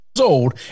old